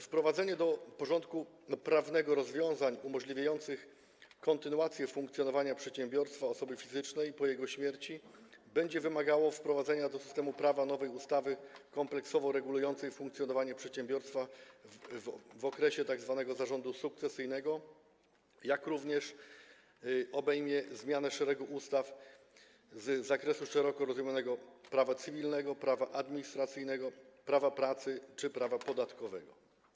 Wprowadzenie do porządku prawnego rozwiązań umożliwiających kontynuację funkcjonowania przedsiębiorstwa osoby fizycznej po jej śmierci będzie wymagało wprowadzenia do systemu prawa nowej ustawy kompleksowo regulującej funkcjonowanie przedsiębiorstwa w okresie tzw. zarządu sukcesyjnego, jak również obejmie zmianę szeregu ustaw z zakresu szeroko rozumianego prawa cywilnego, prawa administracyjnego, prawa pracy czy prawa podatkowego.